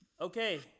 okay